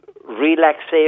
relaxation